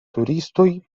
turistoj